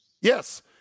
Yes